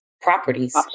properties